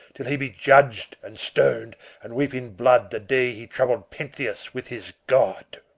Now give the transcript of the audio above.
till he be judged and stoned and weep in blood the day he troubled pentheus with his god!